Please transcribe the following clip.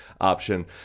option